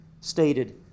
stated